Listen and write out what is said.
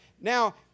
Now